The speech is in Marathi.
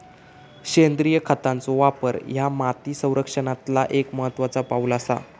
सेंद्रिय खतांचो वापर ह्या माती संरक्षणातला एक महत्त्वाचा पाऊल आसा